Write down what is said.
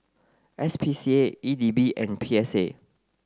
S P C A E D B and P S A